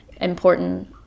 important